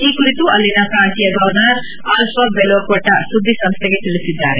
ಈ ಕುರಿತು ಅಲ್ಲಿನ ಪ್ರಾಂತೀಯ ಗವರ್ನರ್ ಅಲ್ಲಾ ಬೆಲೊ ಕ್ಷಣಾ ಸುದ್ದಿ ಸಂಸ್ಡೆಗೆ ತಿಳಿಸಿದ್ದಾರೆ